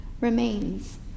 Remains